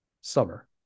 summer